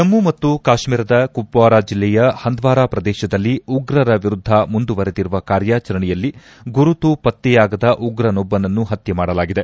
ಜಮ್ಮು ಮತ್ತು ಕಾಶ್ಮೀರದ ಕುಪ್ವಾರ ಜಿಲ್ಲೆಯ ಪಂದ್ವಾರ ಪ್ರದೇಶದಲ್ಲಿ ಉಗ್ರರ ವಿರುದ್ದ ಮುಂದುವರೆದಿರುವ ಕಾರ್ಯಾಚರಣೆಯಲ್ಲಿ ಗುರುತು ಪತ್ತೆಯಾಗದ ಉಗ್ರನೊಬ್ಬನನ್ನು ಪತ್ತೆ ಮಾಡಲಾಗಿದೆ